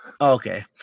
Okay